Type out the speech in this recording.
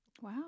Wow